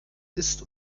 ist